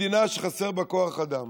מדינה שחסר בה כוח אדם